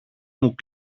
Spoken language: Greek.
μου